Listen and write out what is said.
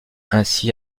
ainsi